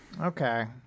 Okay